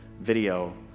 video